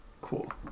cool